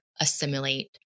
assimilate